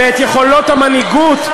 ואת יכולת המנהיגות,